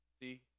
See